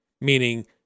meaning